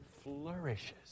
flourishes